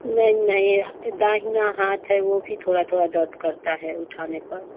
नहीं नहीं दाहिना हाथ है वो भी थोड़ा थोड़ा दर्द करता है उठाने पर